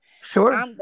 Sure